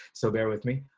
so bear with me.